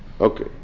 Okay